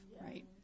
right